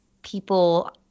people